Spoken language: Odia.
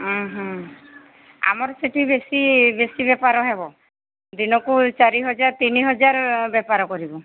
ହଁ ହଁ ଆମର ସେଇଠି ବେଶୀ ବେଶୀ ବେପାର ହେବ ଦିନକୁ ଚାରି ହଜାର ତିନି ହଜାର ବେପାର କରିବୁ